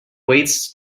weights